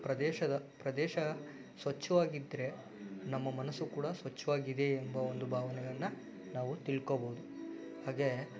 ಪ್ರದೇಶದ ಪ್ರದೇಶ ಸ್ವಚ್ಛವಾಗಿದ್ದರೆ ನಮ್ಮ ಮನಸ್ಸು ಕೂಡ ಸ್ವಚ್ಛವಾಗಿದೆ ಎಂಬ ಒಂದು ಭಾವನೆಳನ್ನ ನಾವು ತಿಳ್ಕೋಬಹುದು ಹಾಗೆ